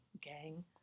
gang